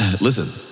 Listen